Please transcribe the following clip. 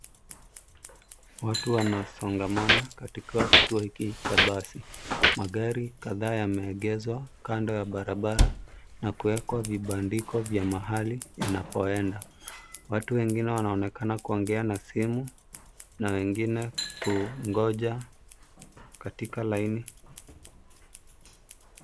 Watu wanasongamana katika kituo hiki cha basi. Magari kadhaa yamegezwa kando ya barabara, na kuwekwa vibandiko vya mahali yanapoenda. Watu wengine wanaonekana kuongea na simu, na wengine kungoja katika laini.